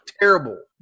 terrible